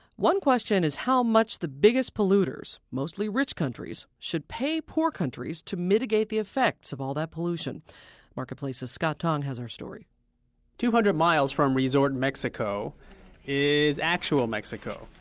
one question is how much the biggest polluters, mostly rich countries, should pay poor countries to mitigate the effects of all that pollution marketplace's scott tong has our story two hundred miles from resort mexico is actual mexico.